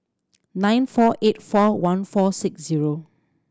nine four eight four one four six zero